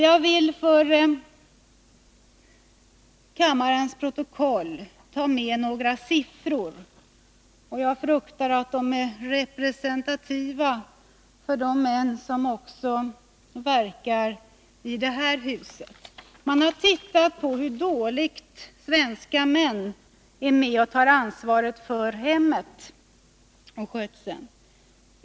Jag vill för kammarens protokoll ta med några siffror i mitt anförande. Jag fruktar att de är representativa för de män som verkar också i detta hus. Man har tittat på hur dåliga svenska män är när det gäller att ta ansvar för hemmet och dess skötsel.